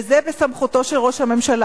וזה בסמכותו של ראש הממשלה.